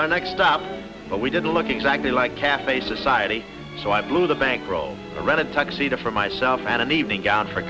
our next stop but we didn't look exactly like cafe society so i blew the bank roll around a tuxedo for myself and an evening gown for